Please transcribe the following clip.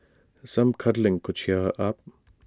some cuddling could cheer her up